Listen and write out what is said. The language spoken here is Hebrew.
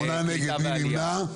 מי נמנע?